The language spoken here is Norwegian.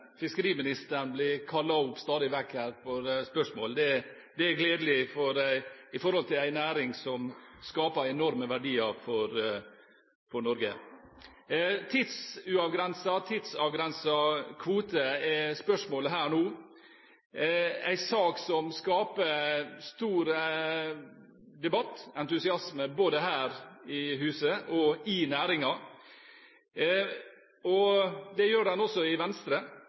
fiskeriministeren stadig vekk blir kalt opp her for spørsmål. Det er gledelig for en næring som skaper enorme verdier for Norge. Det som er spørsmålet her nå, er tidsavgrensede kvoter, en sak som skaper stor debatt og entusiasme, både her i huset og i næringen, og det gjør den også i Venstre.